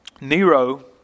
Nero